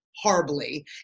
horribly